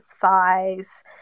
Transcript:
thighs